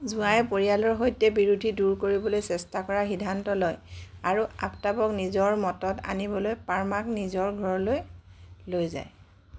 জোঁৱাই পৰিয়ালৰ সৈতে বিৰোধী দূৰ কৰিবলৈ চেষ্টা কৰাৰ সিদ্ধান্ত লয় আৰু আফতাবক নিজৰ মতত আনিবলৈ পাৰ্মাক নিজৰ ঘৰলৈ লৈ যায়